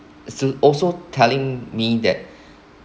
so also telling me that